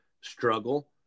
struggle